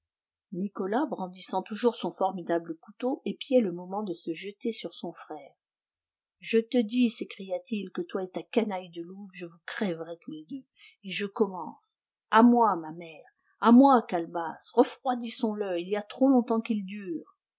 nicolas brandissant toujours son formidable couteau épiait le moment de se jeter sur son frère je te dis s'écria-t-il que toi et ta canaille de louve je vous crèverai tous les deux et je commence à moi ma mère à moi calebasse refroidissons le il y a trop longtemps qu'il dure